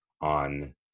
on